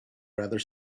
rather